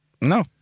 No